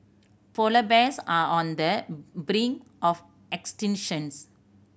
polar bears are on the brink of extinctions